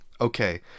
okay